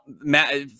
Matt